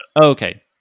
Okay